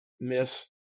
miss